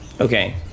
Okay